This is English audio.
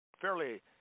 fairly